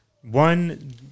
One